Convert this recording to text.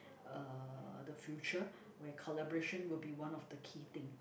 uh the future where collaboration will be one of the key thing